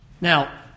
Now